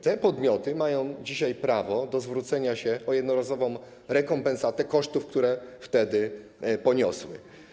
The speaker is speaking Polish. Te podmioty mają dzisiaj prawo do zwrócenia się o jednorazową rekompensatę kosztów, które wtedy poniosły.